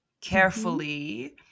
carefully